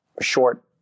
short